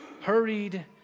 hurried